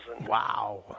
Wow